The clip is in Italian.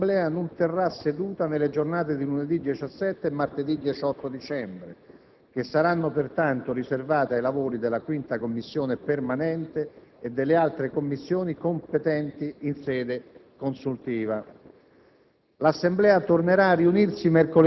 si è intanto stabilito che l'Assemblea non terrà seduta nelle giornate di lunedì 17 e martedì 18 dicembre, che saranno pertanto riservate ai lavori della 5a Commissione permanente e delle altre Commissioni competenti in sede consultiva.